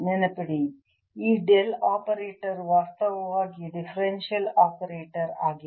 ನೆನಪಿಡಿ ಈ del operator ವಾಸ್ತವವಾಗಿ ಡಿಫರೆನ್ಷಿಯಲ್ ಆಪರೇಟರ್ ಆಗಿದೆ